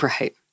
Right